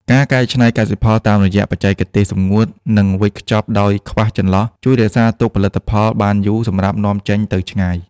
ការកែច្នៃកសិផលតាមរយៈបច្ចេកវិទ្យាសម្ងួត និងវេចខ្ចប់ដោយខ្វះចន្លោះ ជួយរក្សាទុកផលិតផលបានយូរសម្រាប់នាំចេញទៅឆ្ងាយ។